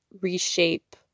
reshape